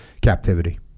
captivity